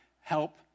help